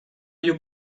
you